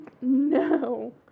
No